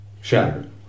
shattered